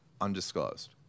undisclosed